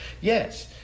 yes